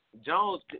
Jones